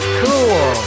cool